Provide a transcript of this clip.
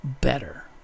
better